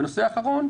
והנושא האחרון,